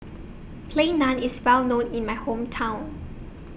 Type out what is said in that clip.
Plain Naan IS Well known in My Hometown